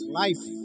life